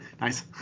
nice